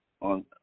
on